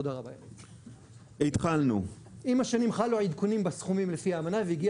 עם השנים חלו העדכונים לפי האמנה והגיע